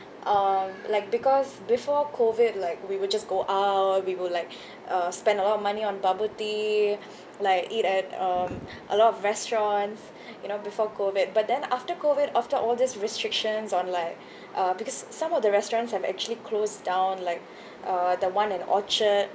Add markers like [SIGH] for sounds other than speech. um like because before COVID like we will just go out we will like uh spend a lot of money on bubble tea like eat at um a lot of restaurants you know before COVID but then after COVID after all these restrictions on like [BREATH] uh because some of the restaurants have actually closed down like [BREATH] uh the one in orchard